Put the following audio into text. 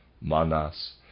Manas